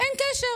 אין קשר